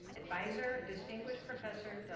advisor, distinguished professor,